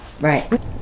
Right